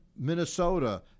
Minnesota